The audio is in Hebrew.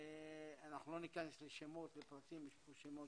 אנחנו לא ניכנס לשמות ופרטים, יש שמות